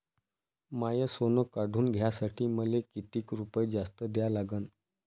माय सोनं काढून घ्यासाठी मले कितीक रुपये जास्त द्या लागन?